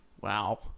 Wow